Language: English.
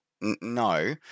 no